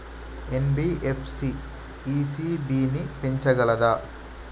NBFC ECB ని పెంచగలదా?